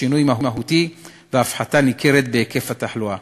שינוי מהותי והפחתה ניכרת בהיקף התחלואה.